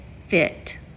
fit